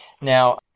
Now